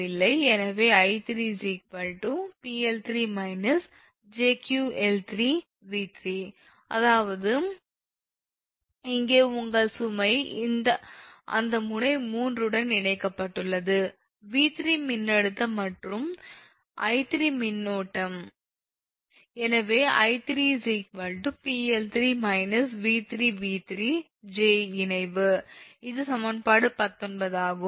எனவே 𝑖3 𝑃𝐿3 − 𝑗𝑄𝐿3𝑉3 ∗ அதாவது இங்கே உங்கள் சுமை அந்த முனை 3 உடன் இணைக்கப்பட்டுள்ளது 𝑉3 மின்னழுத்தம் மற்றும் 𝑖3 மின்னோட்டம் எனவே 𝑖3 𝑃𝐿3 − 𝑉3𝑉3 j இணைவு இது சமன்பாடு 19 ஆகும்